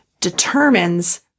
determines